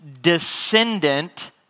descendant